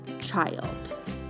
child